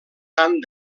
tant